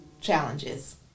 challenges